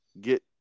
Get